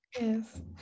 Yes